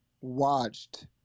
watched